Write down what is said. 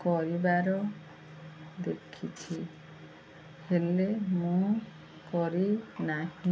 କରିବାର ଦେଖିଛି ହେଲେ ମୁଁ କରିନାହିଁ